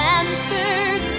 answers